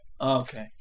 Okay